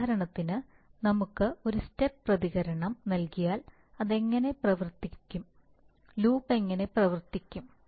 ഉദാഹരണത്തിന് നമുക്ക് ഒരു സ്റ്റെപ്പ് പ്രതികരണം നൽകിയാൽ അത് എങ്ങനെ പ്രവർത്തിക്കും ലൂപ്പ് എങ്ങനെ പ്രവർത്തിക്കും